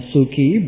Suki